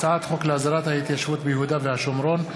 הצעת חוק להסדרת התיישבות ביהודה והשומרון,